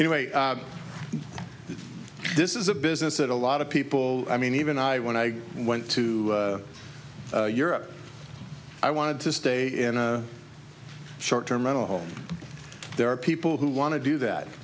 way this is a business that a lot of people i mean even i when i went to europe i wanted to stay in a short term mental home there are people who want to do that